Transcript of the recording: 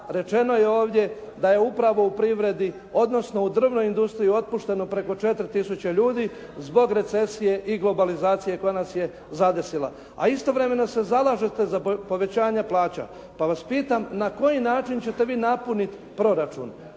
rečeno je ovdje da je upravo u privredi odnosno u drvnoj industriji otpušteno preko 4 tisuće ljudi zbog recesije i globalizacije koja nas je zadesila, a istovremeno se zalažete za povećanja plaća. Pa vas pitam na koji način ćete vi napuniti proračun,